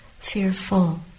fearful